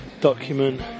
document